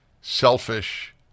selfish